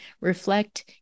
reflect